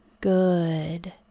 Good